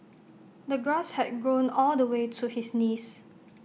the grass had grown all the way to his knees